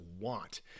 want